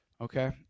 okay